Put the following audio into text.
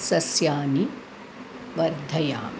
सस्यानि वर्धयामि